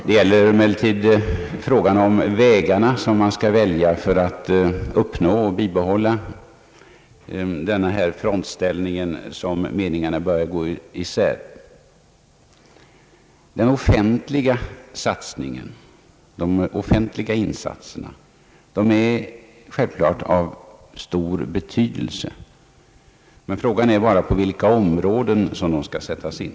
Men meningarna börjar gå isär när det gäller frågan om vilka vägar man skall välja för att uppnå och bibehålla en framskjuten ställning i detta sammanhang. De offentliga insatserna är självklart av stor betydelse. Frågan är bara på vilka områden de skall sättas in.